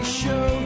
show